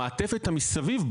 במעטפת מסביב.